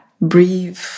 Breathe